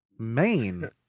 Main